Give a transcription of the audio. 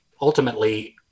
ultimately